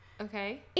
Okay